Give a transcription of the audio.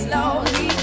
Slowly